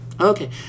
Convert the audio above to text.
Okay